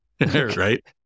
right